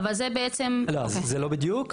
לא זה לא בדיוק,